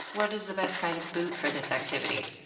what is the best kind of boot for this activity?